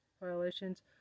violations